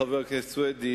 חבר הכנסת סוייד,